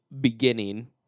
beginning